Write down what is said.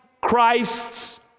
Christ's